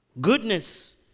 goodness